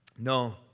No